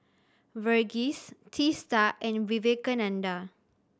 Verghese Teesta and Vivekananda